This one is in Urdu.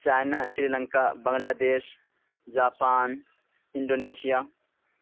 China Sri Lanka Bangladesh Japan Indonesia